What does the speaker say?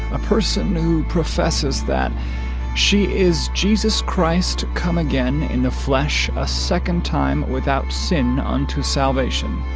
a person who professes that she is jesus christ come again in the flesh a second time without sin unto salvation.